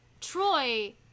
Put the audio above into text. Troy